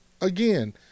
again